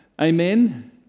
Amen